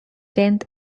tenth